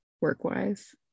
work-wise